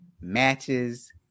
matches